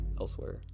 elsewhere